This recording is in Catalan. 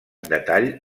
detall